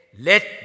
Let